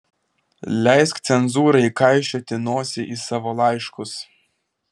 leisk cenzūrai kaišioti nosį į savo laiškus